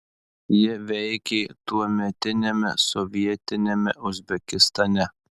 ji veikė tuometiniame sovietiniame uzbekistane